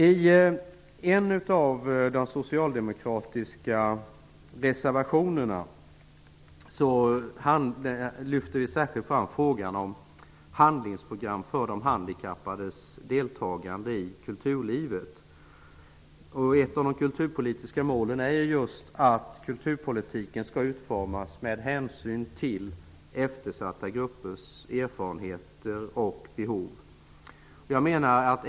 I en av de socialdemokratiska reservationerna tar vi upp frågan om ett handlingsprogram för de handikappades deltagande i kulturlivet. Ett av de kulturpolitiska målen är just att kulturpolitiken skall utformas med hänsyn till eftersatta gruppers erfarenheter och behov.